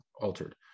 altered